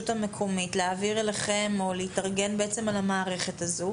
המקומית להעביר אליכם או להתארגן על המערכת הזו